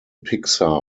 pixar